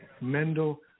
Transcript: Mendel